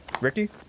Ricky